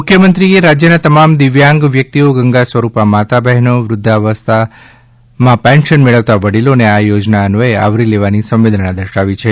મુખ્યમંત્રીશ્રીએ રાજ્યના તમામ દિવ્યાંગ વ્યક્તિઓ ગંગા સ્વરૂપા માતા બહેનો વૃદ્વાવસ્થા પેન્શન મેળવતા વડીલોને આ યોજના અન્વયે આવરી લેવાની સંવેદના દર્શાવી છે